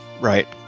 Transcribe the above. Right